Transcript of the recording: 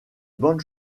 bonne